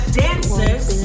dancers